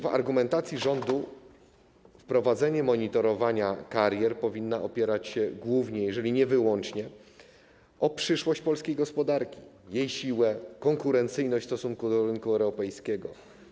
W argumentacji rządu wprowadzenie monitorowania karier powinno opierać się głównie, jeżeli nie wyłącznie, na przyszłości polskiej gospodarki, jej sile, konkurencyjności w stosunku do rynku europejskiego.